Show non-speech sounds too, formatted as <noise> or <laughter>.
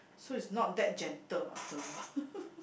so it's not that gentle after all <laughs>